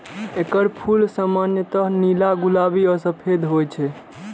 एकर फूल सामान्यतः नीला, गुलाबी आ सफेद होइ छै